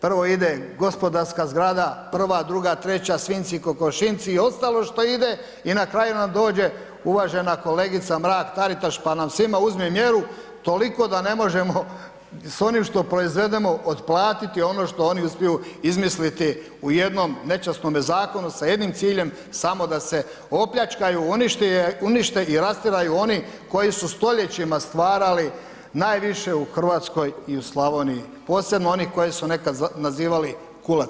Prvo ide gospodarska zgrada, 1., 2., 3. svinjci i kokošinjci i ostalo što ide i na kraju nam dođe uvažena kolegica Mrak-Taritaš pa nam svima uzme mjeru toliko da ne možemo s onim što proizvedemo otplatiti ono što oni uspiju izmisliti u jednom nečasnome zakonu sa jednim ciljem samo da se opljačkaju, unište i rastjeraju oni koji su stoljećima stvarali najviše u Hrvatskoj i u Slavoniji, posebno oni koje su nekad nazivali kulacima.